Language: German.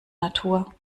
natur